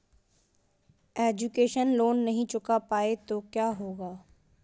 Education loan नहीं चुका पाए तो क्या होगा?